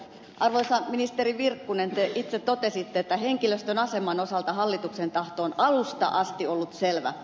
arvoisa ministeri virkkunen te itse totesitte että henkilöstön aseman osalta hallituksen tahto on alusta asti ollut selvä